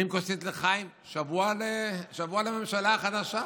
נרים כוסית לחיים, שבוע לממשלה החדשה,